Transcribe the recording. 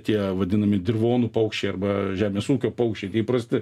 tie vadinami dirvonų paukščiai arba žemės ūkio paukščiai neįprasti